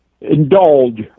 indulge